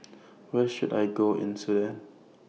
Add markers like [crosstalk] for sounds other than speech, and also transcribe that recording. [noise] Where should I Go in Sudan